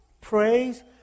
Praise